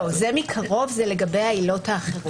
לא, "זה מקרוב" זה לגבי העילות האחרות.